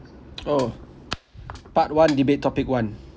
oh part one debate topic one